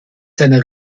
seiner